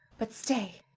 but stay!